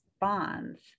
bonds